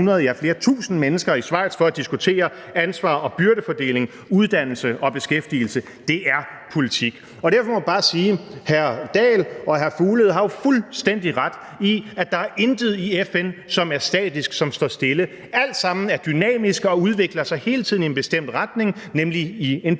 ja, flere tusinde mennesker i Schweiz for at diskutere ansvar- og byrdefordeling, uddannelse og beskæftigelse? Det er politik. Derfor må man bare sige, at hr. Henrik Dahl og hr. Mads Fuglede jo har fuldstændig ret i, at der intet er i FN, som er statisk, og som står stille; det er alt sammen dynamisk og udvikler sig hele tiden i en bestemt retning, nemlig i en politisk